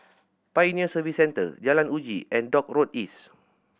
Pioneer Service Centre Jalan Uji and Dock Road East